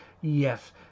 Yes